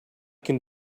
can